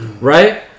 Right